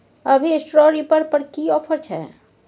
अभी straw reaper पर की ऑफर छै?